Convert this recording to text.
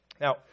Now